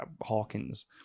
Hawkins